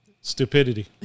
Stupidity